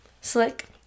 Slick